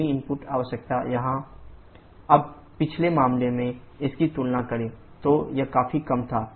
गर्मी इनपुट आवश्यकता यहाँ qBh1 h4h1 h3WP265985 kJkg अब पिछले मामले से इसकी तुलना करें तो यह काफी कम था